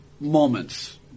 Moments